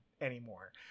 anymore